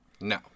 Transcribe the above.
No